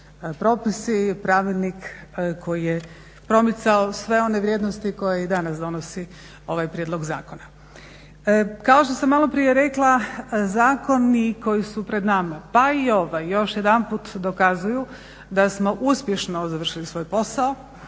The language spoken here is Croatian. propisi, pravilnik koji je promicao sve one vrijednosti koje i danas donosi ovaj prijedlog zakona. Kao što sam maloprije rekla zakoni koji su pred nama pa i ovaj, još jedanput dokazuju da smo uspješno završili svoj posao,